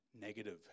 negative